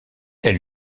elle